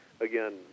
again